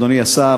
אדוני השר,